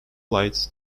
light